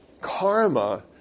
karma